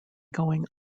going